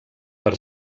per